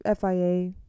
FIA